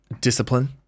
discipline